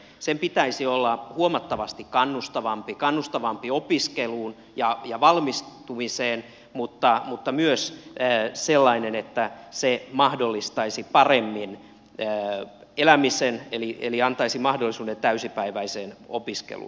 sen pitäisi olla huomattavasti kannustavampi kannustavampi opiskeluun ja valmistumiseen mutta myös sellainen että se mahdollistaisi paremmin elämisen eli antaisi mahdollisuuden täysipäiväiseen opiskeluun